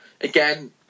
again